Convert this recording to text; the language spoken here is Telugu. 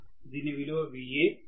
దీని విలువ Va